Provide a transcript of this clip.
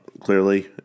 clearly